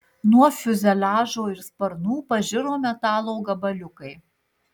nuo fiuzeliažo ir sparnų pažiro metalo gabaliukai